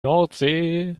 nordsee